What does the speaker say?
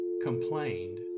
complained